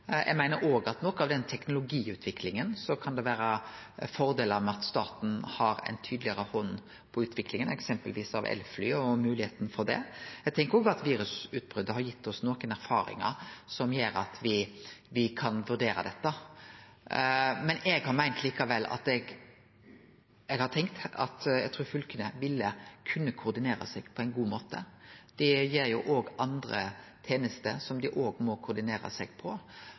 at noko av teknologiutviklinga kan det vere fordelar ved at staten har ei tydelegare hand på, eksempelvis utviklinga av elfly og moglegheita for det. Eg tenkjer òg at virusutbrotet har gitt oss nokre erfaringar som gjer at me kan vurdere dette. Eg har likevel meint – eg har tenkt – at fylka ville kunne koordinere seg på ein god måte. Det gjeld òg andre tenester som dei må koordinere seg på.